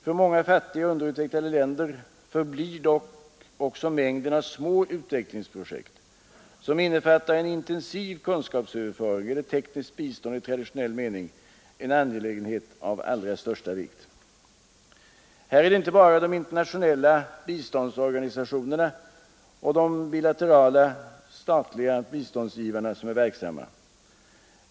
För många fattiga och underutvecklade länder förblir dock också mängden av små utvecklingsprojekt, som innefattar en intensiv kunskapsöverföring eller tekniskt bistånd i traditionell mening, en angelägenhet av allra största vikt. Här är inte bara de internationella biståndsorganisationerna och de bilaterala statliga biståndsgivarna verksamma.